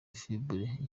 fibre